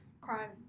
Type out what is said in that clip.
crime